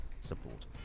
support